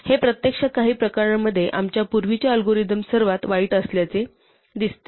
हे प्रत्यक्षात काही प्रकरणांमध्ये आमच्या पूर्वीचे अल्गोरिदम सर्वात वाईट असल्याचे दिसते